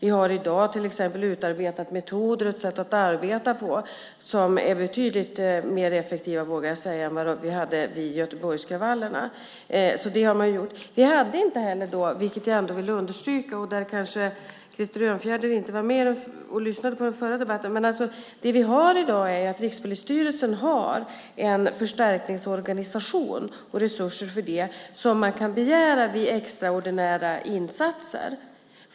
I dag har vi till exempel utarbetat metoder som är betydligt mer effektiva, vågar jag säga, än vad vi hade vid Göteborgskravallerna. Krister Örnfjäder lyssnade kanske inte på den förra debatten. I dag har Rikspolisstyrelsen en förstärkningsorganisation och resurser för den. Den kan man begära förstärkning av vid extraordinära insatser.